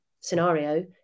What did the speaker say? scenario